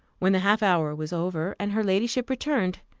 when the half hour was over, and her ladyship returned,